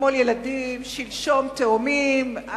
שלשום תאומים,